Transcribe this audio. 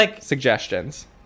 suggestions